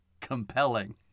Compelling